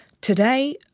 Today